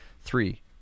three